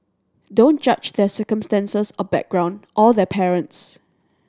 don't judge their circumstances or background or their parents